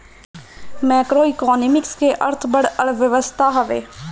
macroeconomics के अर्थ बड़ अर्थव्यवस्था हवे